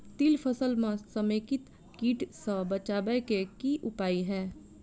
तिल फसल म समेकित कीट सँ बचाबै केँ की उपाय हय?